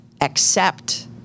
accept